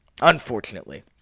unfortunately